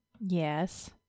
Yes